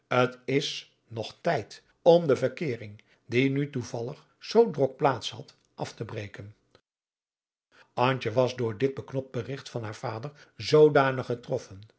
t is nog tijd om de verkeering die nu toevallig zoo drok plaats had af te breken antje was door dit beknopt berigt van haar vader zoodanig getroffen